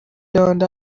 turned